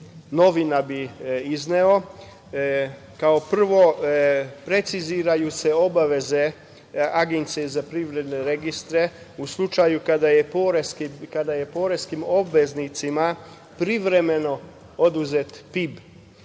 novina izneo. Kao prvo, preciziraju se obaveze Agencije za privredne registre u slučaju kada je poreskim obveznicima privremeno oduzet PIB